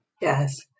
Yes